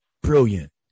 brilliant